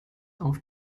auf